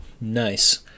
Nice